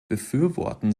befürworten